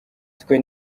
twe